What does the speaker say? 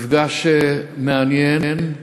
מפגש מעניין,